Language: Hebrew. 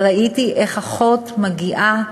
וראיתי איך אחות מגיעה,